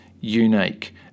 unique